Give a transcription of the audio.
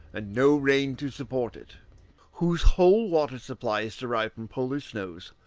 and no rain to support it whose whole water-supply is derived from polar snows,